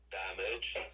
damaged